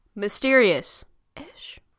mysterious-ish